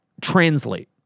translate